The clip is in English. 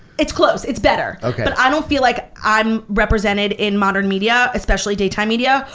it's close, it's better. but i don't feel like i'm represented in modern media, especially daytime media,